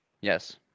yes